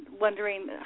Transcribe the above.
wondering